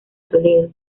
toledo